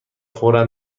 فورا